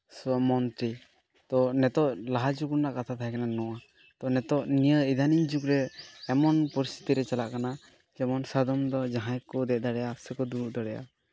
ᱥᱚᱼᱢᱚᱱᱛᱨᱤ ᱛᱚ ᱱᱤᱛᱳᱜ ᱞᱟᱦᱟ ᱡᱩᱜᱽ ᱨᱮᱱᱟᱜ ᱠᱟᱛᱷᱟ ᱛᱟᱦᱮᱸ ᱠᱟᱱᱟ ᱱᱚᱣᱟ ᱛᱚ ᱱᱤᱛᱳᱜ ᱱᱤᱭᱟᱹ ᱤᱫᱟᱱᱤᱝ ᱡᱩᱜᱽ ᱨᱮ ᱮᱢᱚᱱ ᱯᱚᱨᱤᱥᱛᱷᱤᱛᱤ ᱨᱮ ᱪᱟᱞᱟᱜ ᱠᱟᱱᱟ ᱡᱮᱢᱚᱱ ᱥᱟᱫᱚᱢ ᱫᱚ ᱡᱟᱦᱟᱸᱭ ᱠᱚ ᱫᱮᱡ ᱫᱟᱲᱮᱭᱟᱜᱼᱟ ᱥᱮᱠᱚ ᱫᱩᱲᱩᱵ ᱫᱟᱲᱮᱭᱟᱜᱟ